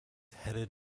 headed